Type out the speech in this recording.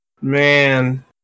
Man